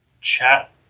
chat